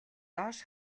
доош